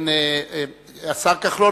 השר כחלון,